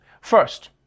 First